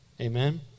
Amen